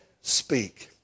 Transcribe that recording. speak